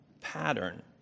pattern